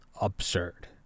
absurd